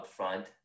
upfront